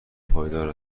پایدار